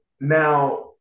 now